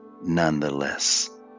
nonetheless